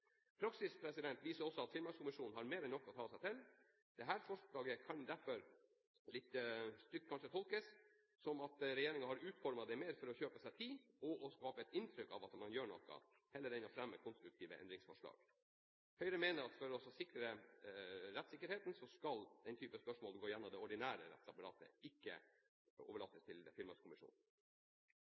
viser også at Finnmarkskommisjonen har mer enn nok å ta seg til. Dette forslaget kan derfor – litt stygt, kanskje – tolkes som at regjeringen har utformet det mer for å kjøpe seg tid, og å skape et inntrykk av at man gjør noe, enn for å fremme konstruktive endringsforslag. Høyre mener at for å sikre rettssikkerheten skal den type spørsmål gå gjennom det ordinære rettsapparatet og ikke overlates til Finnmarkskommisjonen.